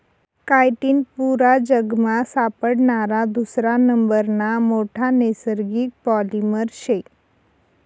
chitin पुरा जगमा सापडणारा दुसरा नंबरना मोठा नैसर्गिक पॉलिमर शे